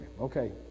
okay